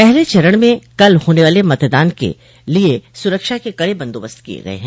पहले चरण के लिये कल होने वाले मतदान के लिये सुरक्षा के कड़े बंदोबस्त किये गये हैं